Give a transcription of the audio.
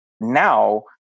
now